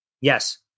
Yes